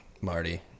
Marty